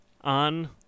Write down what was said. on